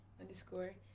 underscore